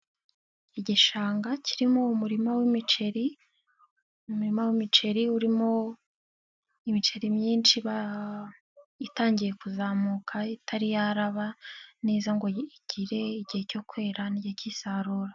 Igishanga kirimo umurima w'imiceri, umuma w'imiceri urimo ibiceri myinshi, itangiye kuzamuka itariyaraba neza, ngo igire igihe cyo kwera, n'ihigihe k'isarura.